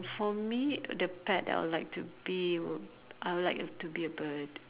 for me the pet that I'll like to be would I'll like to be a bird